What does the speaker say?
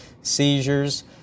seizures